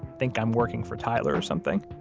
think i'm working for tyler or something